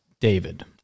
David